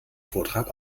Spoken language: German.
vortrag